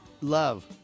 love